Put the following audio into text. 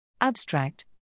Abstract